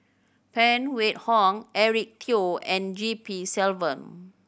Phan Wait Hong Eric Teo and G P Selvam